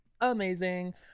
amazing